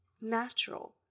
natural